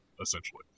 essentially